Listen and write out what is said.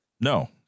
No